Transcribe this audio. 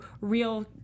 real